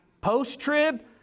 post-trib